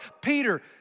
Peter